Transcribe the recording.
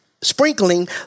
Sprinkling